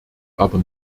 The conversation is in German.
aber